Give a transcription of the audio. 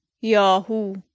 Yahoo